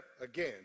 again